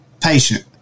patient